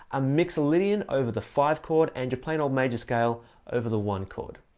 a mixolydian over the five chord and your plain old major scale over the one chord.